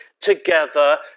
together